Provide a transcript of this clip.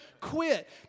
quit